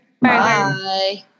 Bye